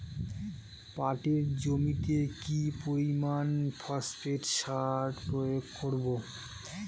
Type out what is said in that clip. পাটের জমিতে কি পরিমান ফসফেট সার প্রয়োগ করব?